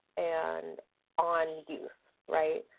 and on youth, right,